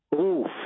Oof